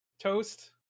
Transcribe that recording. Toast